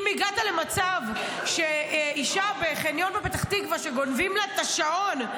אם הגעת למצב שאישה בחניון בפתח תקווה שגונבים לה את השעון,